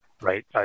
Right